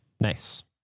Nice